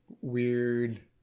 weird